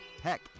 Heck